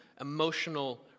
emotional